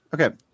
okay